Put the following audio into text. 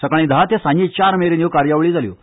सकाळीं धा ते सांजे चार मेरेन ह्यो कार्यावळी जाल्यो